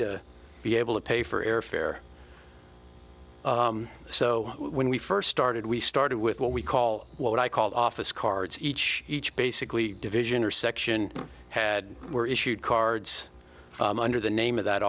to be able to pay for airfare so when we first started we started with what we call what i called office cards each each basically division or section had were issued cards under the name of that